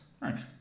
Thanks